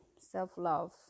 self-love